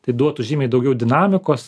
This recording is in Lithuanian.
tai duotų žymiai daugiau dinamikos